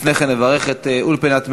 לפני כן נברך את אולפנת מירון,